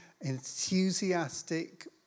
enthusiastic